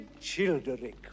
Childeric